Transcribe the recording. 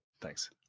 Thanks